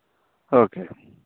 okay